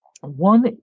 One